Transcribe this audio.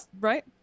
right